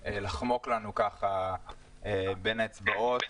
היה לחמוק לנו ככה בין האצבעות,